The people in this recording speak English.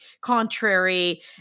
contrary